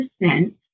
percent